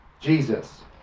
Jesus